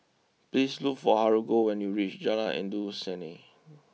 please look for Haruko when you reach Jalan Endut Senin